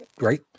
right